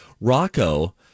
Rocco